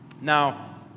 Now